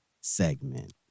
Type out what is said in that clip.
segment